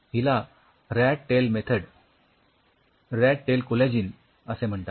हिला rat tail method rat tail collagen असे म्हणतात